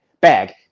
bag